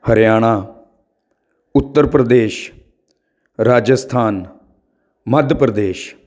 Haryana Uttar Pradesh Rajasthan Madhya Pradesh